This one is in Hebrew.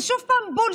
זה שוב בולשיט,